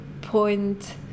point